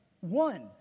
one